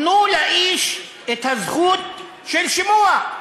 תנו לאיש את זכות השימוע.